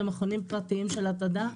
מכונים פרטיים של התעדה,